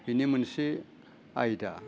बिनि मोनसे आयदा